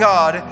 God